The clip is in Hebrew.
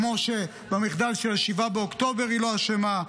כמו שבמחדל של 7 באוקטובר היא לא אשמה,